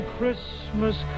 Christmas